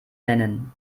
nennen